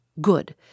Good